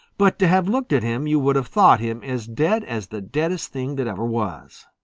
but to have looked at him you would have thought him as dead as the deadest thing that ever was.